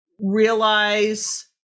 realize